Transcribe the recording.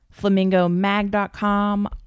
FlamingoMag.com